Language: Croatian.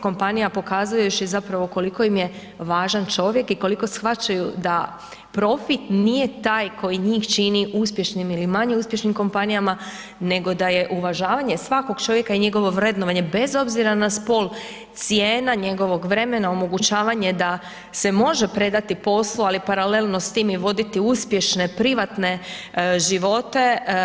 Kompanija pokazuje zapravo koliko im je važan čovjek i koliko shvaćaju da profit nije taj koji njih čini uspješnim ili manje uspješnim kompanijama, nego da je uvažavanje svakog čovjeka i njegovo vrednovanje bez obzira na spol cijena njegovog vremena, omogućavanje da se može predati poslu, ali paralelno s tim i voditi uspješne privatne živote.